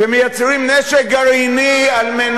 שמייצרים נשק גרעיני כדי,